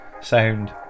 Sound